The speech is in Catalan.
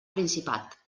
principat